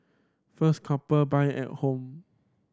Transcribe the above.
first couple buy at home